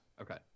Okay